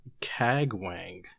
Kagwang